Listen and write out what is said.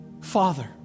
father